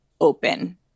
open